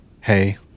hey